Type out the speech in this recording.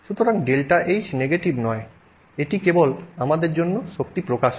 সুতরাং ΔH negative নয় এটি কেবল আমাদের জন্য শক্তি প্রকাশ করে